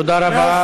תודה רבה.